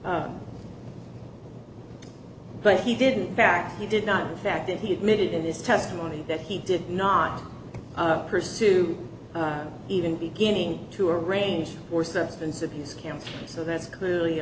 d but he didn't back he did not fact that he admitted in this testimony that he did not pursue even beginning to arrange for substance abuse camp so that's clearly a